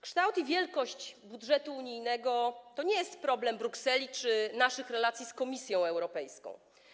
Kształt i wielkość budżetu unijnego to nie jest problem Brukseli czy naszych relacji z Komisją Europejską.